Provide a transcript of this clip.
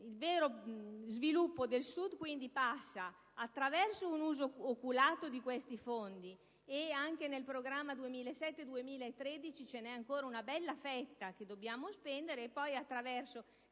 Il vero sviluppo del Sud, quindi, passa attraverso un uso oculato di questi fondi (e anche nel programma 2007-2013 vi è ancora una bella fetta che dobbiamo spendere) e poi attraverso